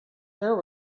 there